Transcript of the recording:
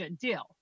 deal